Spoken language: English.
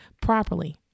properly